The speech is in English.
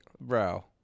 bro